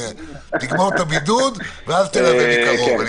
תסיים את תקופת הבידוד ואז תלווה מקרוב.